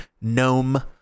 gnome